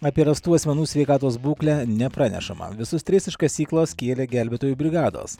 apie rastų asmenų sveikatos būklę nepranešama visus tris iš kasyklos kėlė gelbėtojų brigados